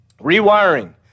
rewiring